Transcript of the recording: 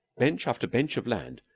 bench after bench of land,